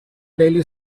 daily